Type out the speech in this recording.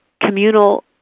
communal